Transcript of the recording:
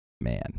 man